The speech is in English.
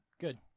Good